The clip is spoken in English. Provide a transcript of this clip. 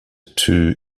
two